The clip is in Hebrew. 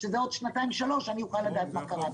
שזה עוד שנתיים-שלוש אני אוכל לדעת מה קרה.